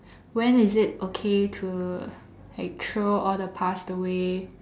when is it okay to like throw all the past away